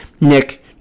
Nick